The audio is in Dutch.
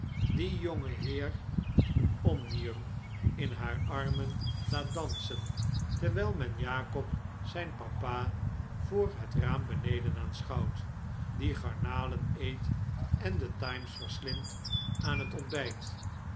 omnium in haar armen laat dansen terwijl men jacob zijn papa voor het raam beneden aanschouwt die garnalen eet en de times verslindt aan het ontbijt